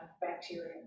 bacteria